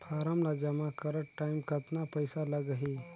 Form ला जमा करत टाइम कतना पइसा लगही?